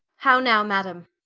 how now madam?